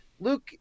Luke